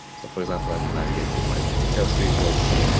so for example, i can navigate to my sales reports